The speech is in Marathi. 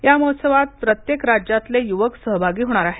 या महोत्सवात प्रत्येक राज्यातले युवक सहभागी होणार आहेत